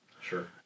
Sure